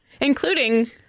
including